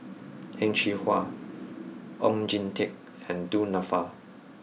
Heng Cheng Hwa Oon Jin Teik and Du Nanfa